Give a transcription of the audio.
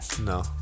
no